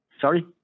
sorry